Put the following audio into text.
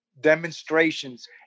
demonstrations